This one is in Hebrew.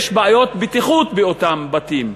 יש בעיות בטיחות באותם בתים.